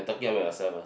talking about yourself ah